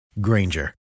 Granger